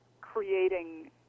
creating